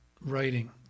writing